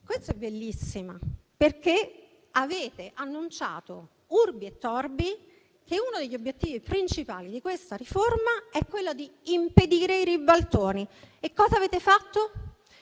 Questa è bellissima; avete annunciato infatti *urbi et orbi* che uno degli obiettivi principali di questa riforma è quello di impedire i ribaltoni. E cosa avete fatto?